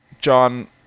John